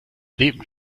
leben